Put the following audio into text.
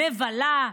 מבלה,